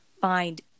find